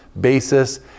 basis